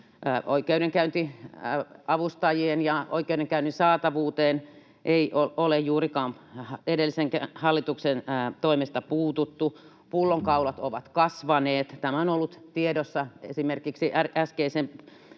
Oikeudenkäyntiavustajien ja oikeudenkäynnin saatavuuteen ei ole juurikaan edellisenkään hallituksen toimesta puututtu, pullonkaulat ovat kasvaneet. Tämä on ollut tiedossa, esimerkiksi äskeisellä